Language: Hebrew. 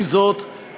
עם זאת,